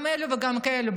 גם אלו וגם אלו,